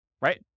Right